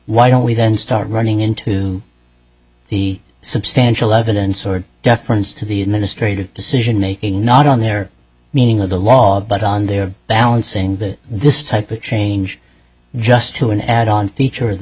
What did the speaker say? why don't we then start running into the substantial evidence or deference to the administrative decision making not on their meaning of the law but on their balancing the this type of change just to an add on fea